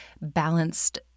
balanced